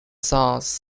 sons